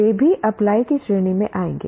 वे भी अप्लाई की श्रेणी में आएंगे